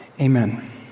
Amen